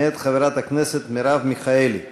מאת חברת הכנסת מרב מיכאלי.